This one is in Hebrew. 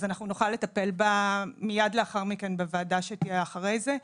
אז אנחנו נוכל לטפל בה מייד לאחר מכן בוועדה שתהיה אחרי זה,